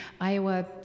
Iowa